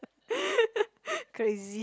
crazy